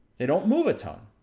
they don't move a ton.